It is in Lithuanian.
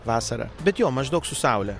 vasarą bet jo maždaug su saule